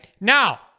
Now